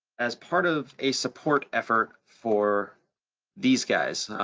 as part of a support effort for these guys.